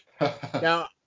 Now